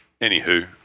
Anywho